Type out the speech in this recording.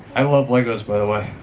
i love legos by the way.